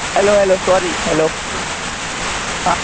hello hello sorry hello હા